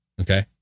Okay